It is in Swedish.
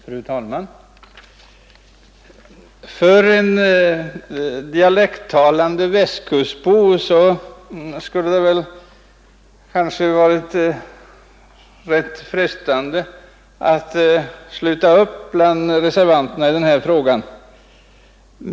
Fru talman! För en dialekttalande västkustbo skulle det kanske vara frestande att sluta upp bland reservanterna i den här frågan.